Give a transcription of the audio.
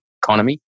economy